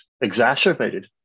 exacerbated